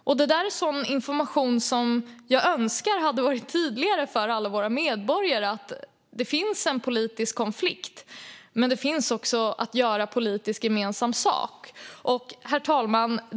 Där önskar jag att informationen hade varit tydligare för alla våra medborgare att det finns en politisk konflikt - men det finns också att göra gemensamt politiskt. Herr talman!